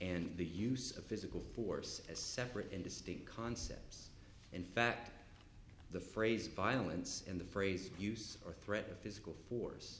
and the use of physical force as separate and distinct concepts in fact the phrase violence in the phrase use or threat of physical force